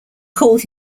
called